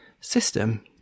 system